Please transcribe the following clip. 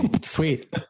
Sweet